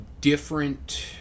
different